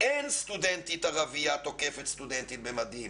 "אין סטודנטית ערבייה תוקפת סטודנטים במדים,